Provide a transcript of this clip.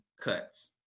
cuts